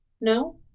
No